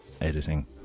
editing